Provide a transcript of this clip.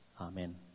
Amen